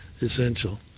essential